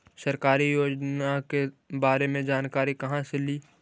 सरकारी योजना के बारे मे जानकारी कहा से ली?